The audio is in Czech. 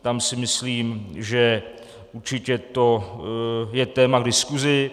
Tam si myslím, že určitě to je téma k diskusi.